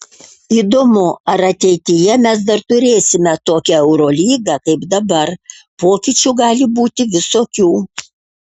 įdomu ar ateityje mes dar turėsime tokią eurolygą kaip dabar pokyčių gali būti visokių